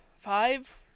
five